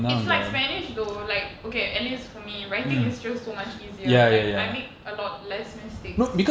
it's like spanish though like okay at least for me writing is just so much easier like I make a lot less mistakes